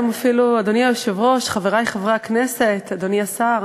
אדוני היושב-ראש, חברי חברי הכנסת, אדוני השר,